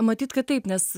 matyt kad taip nes